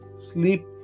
sleep